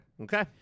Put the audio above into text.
Okay